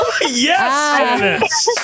Yes